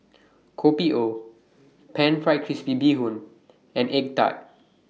Kopi O Pan Fried Crispy Bee Hoon and Egg Tart